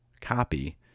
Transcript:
copy